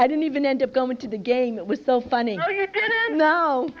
i didn't even end up going to the game that was so funny